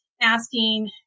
asking